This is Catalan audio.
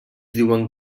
diuen